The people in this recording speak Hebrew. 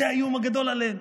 זה האיום הגדול עליהם,